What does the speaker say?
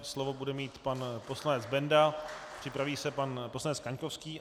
Slovo bude mít pan poslanec Benda, připraví se pan poslanec Kaňkovský...